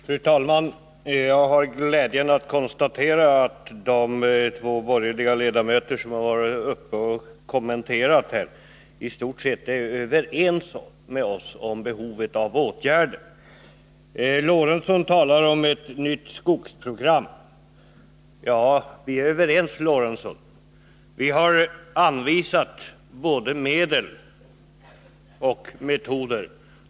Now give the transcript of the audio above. Fru talman! Jag har glädjen konstatera att de två borgerliga ledamöter som har varit uppe och framfört kommentarer här i stort sett är överens med oss om behovet av åtgärder. Sven Eric Lorentzon talar om ett nytt skogsprogram. Vi är överens, Sven Eric Lorentzon. Vi har anvisat både medel och metoder.